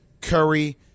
Curry